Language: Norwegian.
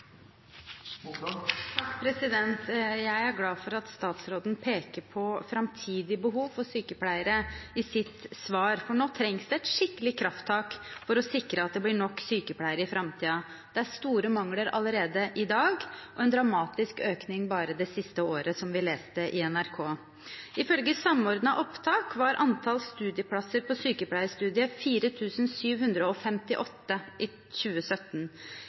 Jeg er glad for at statsråden peker på det framtidige behovet for sykepleiere i sitt svar, for nå trengs det et skikkelig krafttak for å sikre at det blir nok sykepleiere i framtiden. Det er store mangler allerede i dag, og en dramatisk økning bare det siste året, som vi leste på nrk.no. Ifølge Samordna opptak var antall studieplasser på sykepleiestudiet 4 758 i 2017.